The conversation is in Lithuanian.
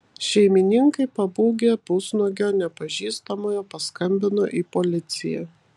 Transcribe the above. šeimininkai pabūgę pusnuogio nepažįstamojo paskambino į policiją